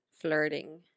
flirting